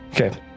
Okay